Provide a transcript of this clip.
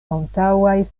antaŭaj